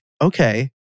okay